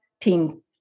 team